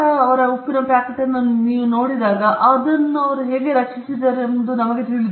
ಸಾಮಾನ್ಯ ಉಪ್ಪಿನ ಪ್ಯಾಕೆಟ್ನಲ್ಲಿ ಟಾಟಾವನ್ನು ನಾವು ನೋಡಿದಾಗ ಅದನ್ನು ರಚಿಸಿದವರು ಎಂಬುದು ನಮಗೆ ತಿಳಿದಿದೆ